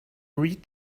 read